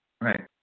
Right